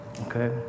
okay